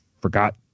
forgot